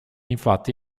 infatti